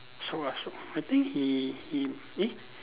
so ah so I think he he eh